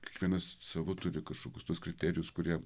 kiekvienas savus turi kažkokius tuos kriterijus kurie